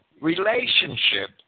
relationship